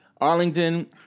Arlington